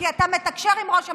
כי אתה מתקשר עם ראש הממשלה.